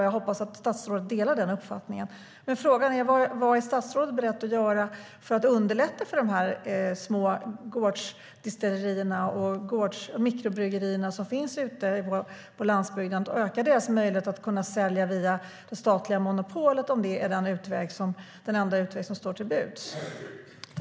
Jag hoppas att statsrådet delar den uppfattningen.